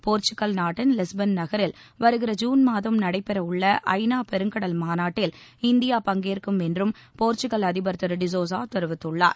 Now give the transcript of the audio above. Portugal நாட்டின் Lisbon நகரில் வருகிற ஜூன் மாதம் நடைபெற உள்ள ஐநா பெருங்கடல் மாநாட்டில் இந்தியா பங்கேற்கும் என்றும் போர்ச்சுக்கல் அதிபர் திரு டிசோசா தெரிவித்தார்